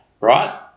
right